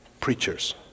preachers